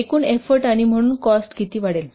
एकूण एफ्फोर्ट आणि म्हणून कॉस्ट किती वाढेल